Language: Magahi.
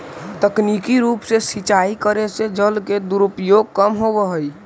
तकनीकी रूप से सिंचाई करे से जल के दुरुपयोग कम होवऽ हइ